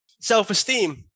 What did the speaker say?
Self-esteem